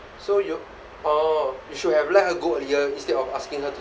so you orh you should have let her go earlier instead of asking her to